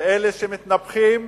ואלה שמתנפחים